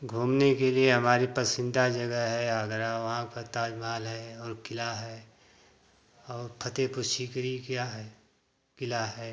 घूमने के लिए हमारी पसंदीदा जगह है आगरा वहाँ पर ताज़महल है और किला है और फतेहपुर सीकरी क्या है किला है